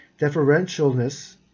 deferentialness